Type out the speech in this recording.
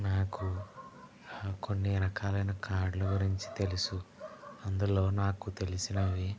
నాకు కొన్ని రకాలైనా కార్డ్లు గురించి తెలుసు అందులో నాకు తెలిసినవి